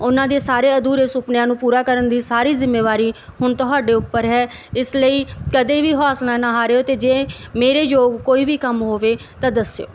ਉਹਨਾਂ ਦੇ ਸਾਰੇ ਅਧੂਰੇ ਸੁਪਨਿਆਂ ਨੂੰ ਪੂਰਾ ਕਰਨ ਦੀ ਸਾਰੀ ਜਿੰਮੇਵਾਰੀ ਹੁਣ ਤੁਹਾਡੇ ਉੱਪਰ ਹੈ ਇਸ ਲਈ ਕਦੇ ਵੀ ਹੌਸਲਾ ਨਾ ਹਾਰਿਓ ਤੇ ਜੇ ਮੇਰੇ ਯੋਗ ਕੋਈ ਵੀ ਕੰਮ ਹੋਵੇ ਤਾਂ ਦੱਸਿਓ